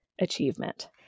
achievement